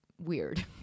weird